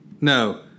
No